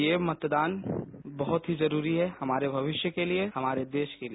ये मतदान बहुत ही जरूरी है हमारे भविष्य के लिए हमारे देश के लिए